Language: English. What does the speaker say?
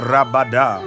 Rabada